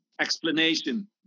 explanation